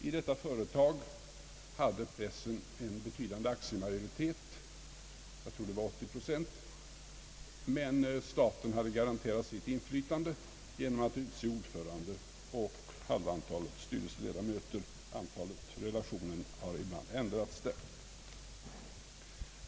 I detta företag hade pressen en betydande aktiemajoritet — jag tror §0 procent, radioindustrien hade också en del — men staten garanterade sitt inflytande genom att utse ordförande och halva antalet styrelseledamöter; relationen har ibland ändrats.